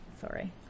sorry